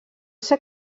ser